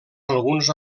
alguns